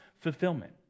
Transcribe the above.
fulfillment